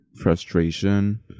frustration